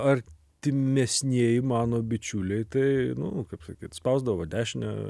artimesnieji mano bičiuliai tai nu kaip sakyt spausdavo dešinę